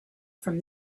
from